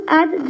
add